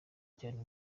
cyane